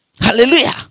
hallelujah